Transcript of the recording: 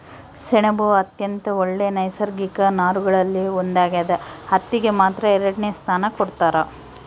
ಸೆಣಬು ಅತ್ಯಂತ ಒಳ್ಳೆ ನೈಸರ್ಗಿಕ ನಾರುಗಳಲ್ಲಿ ಒಂದಾಗ್ಯದ ಹತ್ತಿಗೆ ಮಾತ್ರ ಎರಡನೆ ಸ್ಥಾನ ಕೊಡ್ತಾರ